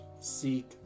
seek